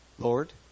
Lord